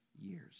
years